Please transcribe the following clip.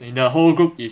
你的 whole group is